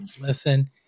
listen